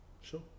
Sure